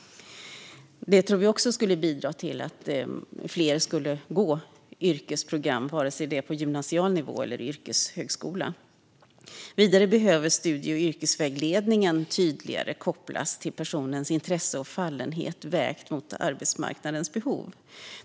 Det tror vi också skulle bidra till att fler skulle gå yrkesprogram, antingen det är på gymnasial nivå eller inom yrkeshögskolan. Vidare behöver studie och yrkesvägledningen tydligare kopplas till personens intresse och fallenhet vägt mot arbetsmarknadens behov.